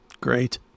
Great